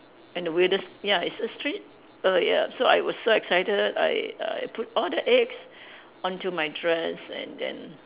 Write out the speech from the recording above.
and the weirdest ya it's a strange err ya so I was so excited I I put all the eggs onto my dress and then